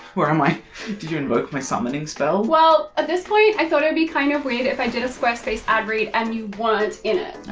where am i? did you invoke my summoning spell? well at this point i thought it would be kind of weird if i did a squarespace ad read and you weren't in it.